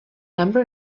number